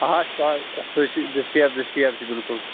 آ سُہ حظ سۅے چھُ دستیاب دستیاب چھِ بِلکُل